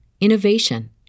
innovation